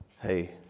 hey